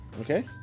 Okay